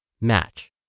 Match